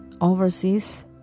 Overseas